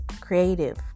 creative